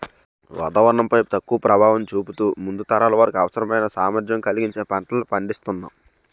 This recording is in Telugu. వాతావరణం పై తక్కువ ప్రభావం చూపుతూ ముందు తరాల వారికి అవసరమైన సామర్థ్యం కలిగించే పంటలను పండిస్తునాం